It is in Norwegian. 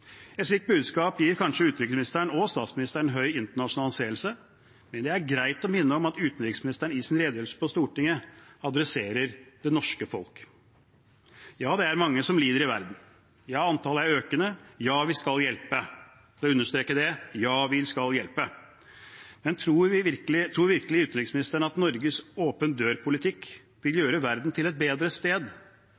Et slikt budskap gir kanskje utenriksministeren og statsministeren høy internasjonal anseelse, men det er greit å minne om at utenriksministeren i sin redegjørelse på Stortinget adresserer det norske folk. Ja, det er mange som lider i verden. Ja, antallet er økende. Ja, vi skal hjelpe. Jeg vil understreke det: Ja, vi skal hjelpe. Men tror virkelig utenriksministeren at Norges åpen dør-politikk vil